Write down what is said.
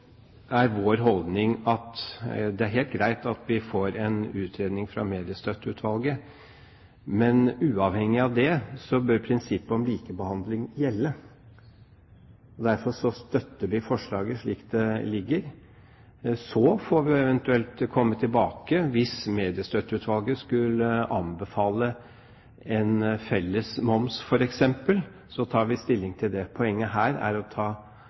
er helt greit at vi får en utredning fra Mediestøtteutvalget, men uavhengig av det bør prinsippet om likebehandling gjelde. Derfor støtter vi forslaget slik det ligger. Så får vi eventuelt komme tilbake, hvis Mediestøtteutvalget skulle anbefale en felles moms, f.eks., og ta stilling til det. Poenget her for oss er å ta